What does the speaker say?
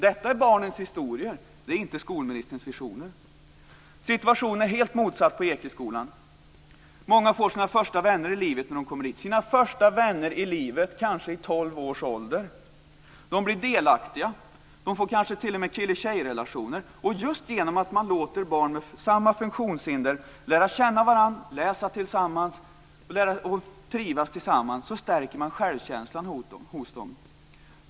Detta är barnens historier, det är inte skolministerns visioner. Situationen är helt motsatt på Ekeskolan. Många får sina första vänner i livet när de kommer dit, kanske vid 12 års ålder. De blir delaktiga. De får kanske t.o.m. kille-tjej-relationer. Just genom att man låter barn med samma funktionshinder lära känna varandra, läsa och trivas tillsammans stärker man självkänslan hos dem.